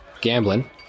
gambling